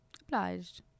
Obliged